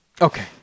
Okay